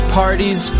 parties